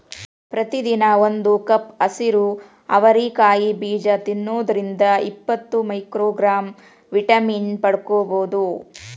ಪ್ರತಿದಿನ ಒಂದು ಕಪ್ ಹಸಿರು ಅವರಿ ಕಾಯಿ ಬೇಜ ತಿನ್ನೋದ್ರಿಂದ ಇಪ್ಪತ್ತು ಮೈಕ್ರೋಗ್ರಾಂ ವಿಟಮಿನ್ ಪಡ್ಕೋಬೋದು